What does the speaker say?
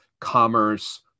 commerce